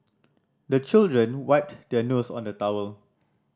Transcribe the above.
the children wipe their nose on the towel